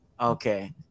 Okay